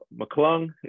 McClung